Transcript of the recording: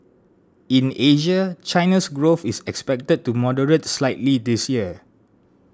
in Asia China's growth is expected to moderate slightly this year